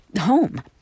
home